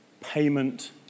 payment